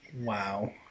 Wow